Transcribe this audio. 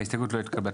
0 ההסתייגות לא התקבלה.